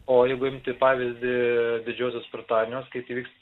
o jeigu imti pavyzdį didžiosios britanijos kaip įvyks